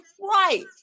right